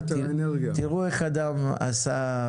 תראו איך אדם עשה,